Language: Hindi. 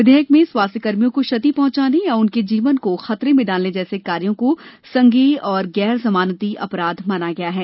विधेयक में स्वास्थ्यकर्मियों को क्षति पइंचाने या उनके जीवन को खतरे में डालने जैसे कार्यो को संझेय और गैर जमानती अपराध माना गया है